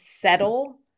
settle